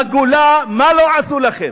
בגולה, מה לא עשו לכם?